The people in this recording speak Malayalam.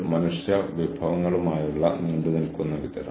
എല്ലാവരും ഈ പ്രക്രിയയിൽ ഏറെക്കുറെ തുല്യമായി പങ്കാളികളാണ്